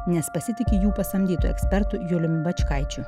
nes pasitiki jų pasamdytu ekspertu julium bačkaičiu